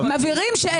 מבהירים שאין קריטריונים.